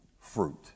fruit